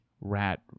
Rat